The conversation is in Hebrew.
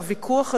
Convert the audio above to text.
שהוויכוח הזה,